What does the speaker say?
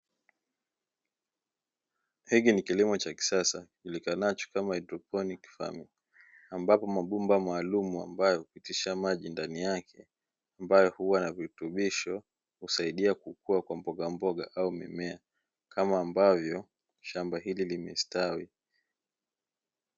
Hiki nikilimo cha kisasa kijulikanacho kama haidroponi ambapo mabomba maalumu ya kupitisha maji ndani yake huwa na virutubisho husaidia kukua na mbogamboga au mimea kama ambavyo shamba hili limestawi.